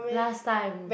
last time